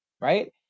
right